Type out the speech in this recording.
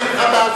להמשיך.